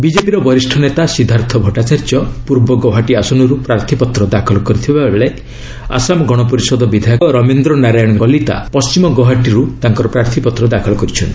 ବିଜେପିରୁ ବରିଷ୍ଣ ନେତା ସିଦ୍ଧାର୍ଥ ଭଟ୍ଟାଚାର୍ଯ୍ୟ ପୂର୍ବ ଗୌହାଟୀ ଆସନରୁ ପ୍ରାର୍ଥୀପତ୍ର ଦାଖଲ କରିଥିବା ବେଳେ ଆସାମ ଗଣପରିଷଦ ବିଧାୟକ ରମେନ୍ଦ୍ର ନାରାୟଣ କଲିତା ପଶ୍ଚିମ ଗୌହାଟୀରୁ ତାଙ୍କର ପ୍ରାର୍ଥୀପତ୍ର ଦାଖଲ କରିଛନ୍ତି